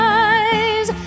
eyes